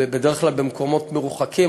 ובדרך כלל במקומות מרוחקים,